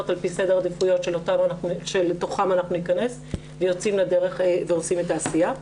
על פי סדר עדיפויות שלתוכן אנחנו ניכנס ויוצאים לדרך ועושים את העשייה.